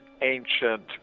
ancient